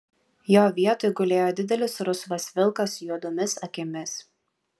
jo vietoj gulėjo didelis rusvas vilkas juodomis akimis